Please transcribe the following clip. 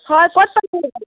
হয় ক'ত পাইছেহি